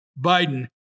Biden